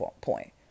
point